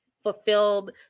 fulfilled